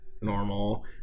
normal